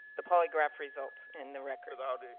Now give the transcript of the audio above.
the polygraph results in the record? um